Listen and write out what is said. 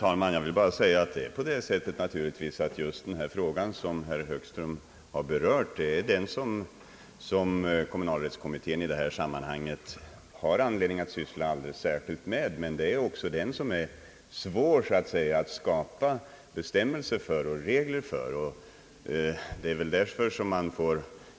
Herr talman! Naturligtvis är just den fråga som herr Högström har berört den som kommunalrättskommittén i detta sammanhang har anledning att syssla alldeles särskilt med. Men den är också svår att skapa bestämmelser och regler för.